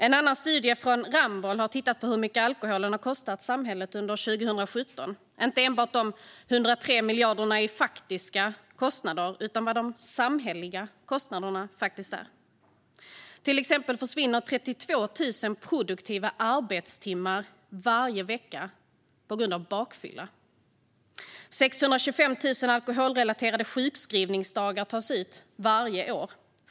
En annan studie, från Ramboll, har tittat på hur mycket alkoholen har kostat samhället under 2017, inte enbart de 103 miljarderna i faktiska kostnader, utan vad de samhälleliga kostnaderna är. Till exempel försvinner 32 000 produktiva arbetstimmar varje vecka på grund av bakfylla. 625 000 alkoholrelaterade sjukskrivningsdagar tas ut varje år.